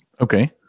Okay